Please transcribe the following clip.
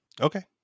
okay